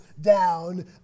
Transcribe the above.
down